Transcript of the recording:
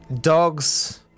Dogs